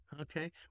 okay